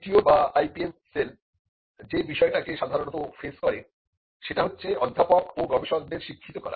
TTO বা IPM cell যে বিষয় টা কে সাধারণত ফেস করে সেটা হচ্ছে অধ্যাপক ও গবেষকদের শিক্ষিত করা